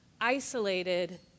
isolated